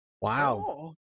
Wow